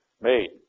made